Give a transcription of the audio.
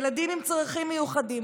ילדים עם צרכים מיוחדים,